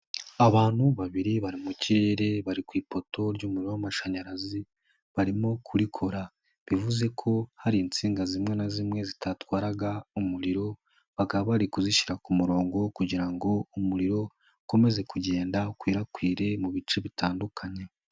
Abantu babiri bari mu kirere, bari ku ipoto ry'umuriro w'amashanyarazi, barimo kurikora, bivuze ko hari insinga zimwe na zimwe zitatwaraga umuriro, bakaba bari kuzishyira ku murongo kugira ngo umuriro ukomeze kugenda, ukwirakwire mu bice bitandukanye.